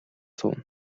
сууна